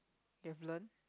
you have learn